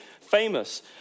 famous